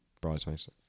bridesmaids